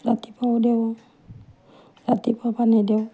ৰাতিপুৱাও দিওঁ ৰাতিপুৱা পানী দিওঁ